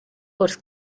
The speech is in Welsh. wrth